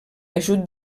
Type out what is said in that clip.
ajut